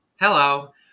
hello